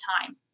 time